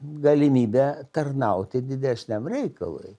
galimybė tarnauti didesniam reikalui